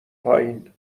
پایین